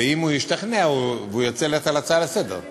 ואם הוא ישתכנע וירצה ללכת על הצעה לסדר-היום,